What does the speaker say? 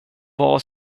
vad